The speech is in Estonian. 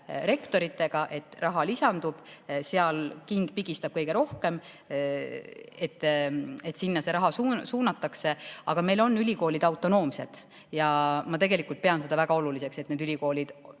rektoritega, et raha lisandub. Seal king pigistab kõige rohkem, sinna see raha suunatakse. Aga meil on ülikoolid autonoomsed ja ma pean seda väga oluliseks, et ülikoolid